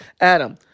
Adam